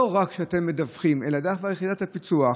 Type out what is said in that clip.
לא רק שאתם מדווחים אלא דווקא יחידת הפיצו"ח,